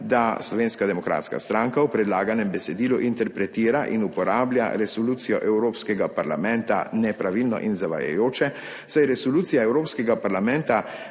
da Slovenska demokratska stranka v predlaganem besedilu interpretira in uporablja resolucijo Evropskega parlamenta nepravilno in zavajajoče, saj resolucija Evropskega parlamenta